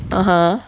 (uh huh)